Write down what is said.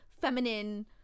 feminine